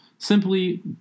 Simply